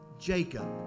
Jacob